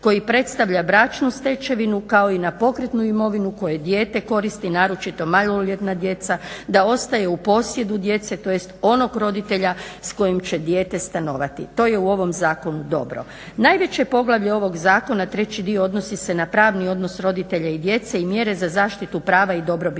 koji predstavlja bračnu stečevinu kao i na pokretnu imovinu koje dijete koristi naročito maloljetna djeca da ostaje u posjedu djece, tj. onog roditelja s kojim će dijete stanovati. To je u ovom zakonu dobro. Najveće poglavlje ovog zakona treći dio odnosi se na pravni odnos roditelja i djece i mjere za zaštitu prava i dobrobiti